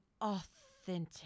authentic